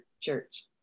Church